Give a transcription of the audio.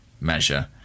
measure